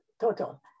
total